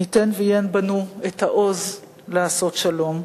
מי ייתן ויהיה בנו העוז לעשות שלום.